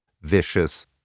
vicious